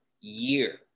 year